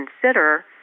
consider